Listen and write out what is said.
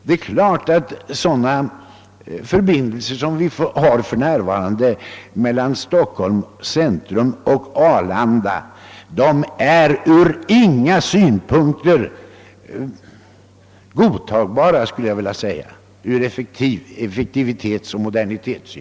Det är givet att de mnuvarande förbindelserna mellan Stockholms centrum och Arlanda från inga synpunkter är godtagbara med tanke på effektivitet och komfort.